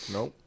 Nope